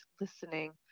listening